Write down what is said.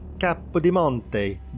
Capodimonte